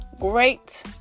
great